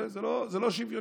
זה לא שוויוני.